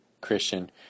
Christian